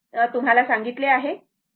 मी तुम्हाला सांगितले आहे